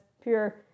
Pure